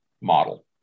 model